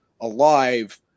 alive